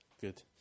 Good